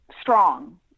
strong